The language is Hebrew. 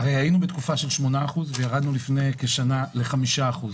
הרי היינו בתקופה של 8%, ולפני כשנה ירדנו ל-5%.